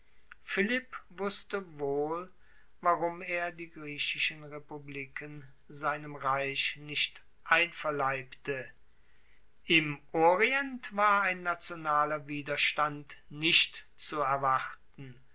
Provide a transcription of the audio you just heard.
philipp wusste wohl warum er die griechischen republiken seinem reich nicht einverleibte im orient war ein nationaler widerstand nicht zu erwarten